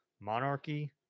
monarchy